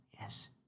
Yes